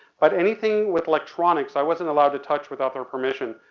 but anything with electronics i wasn't allowed to touch without their permission.